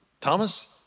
Thomas